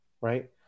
right